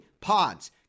Pods